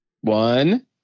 one